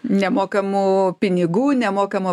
nemokamų pinigų nemokamo